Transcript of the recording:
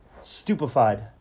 stupefied